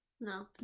no